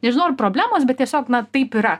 nežinau ar problemos bet tiesiog na taip yra